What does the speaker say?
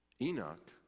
Enoch